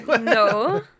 No